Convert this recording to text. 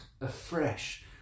afresh